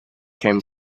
came